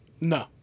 no